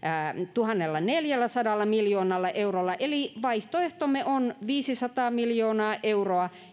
tuhannellaneljälläsadalla miljoonalla eurolla eli vaihtoehtomme on viisisataa miljoonaa euroa